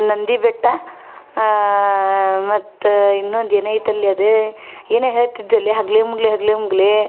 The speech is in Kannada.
ನಂದಿ ಬೆಟ್ಟ ಮತ್ತು ಇನ್ನೊಂದು ಏನೋ ಐತಲ್ಲೇ ಅದು ಏನೋ ಹೇಳ್ತಿದ್ಯಲೇ ಹಗ್ಲೆ ಮುಗ್ಲೆ ಹಗ್ಲೆ ಮುಗ್ಲೇ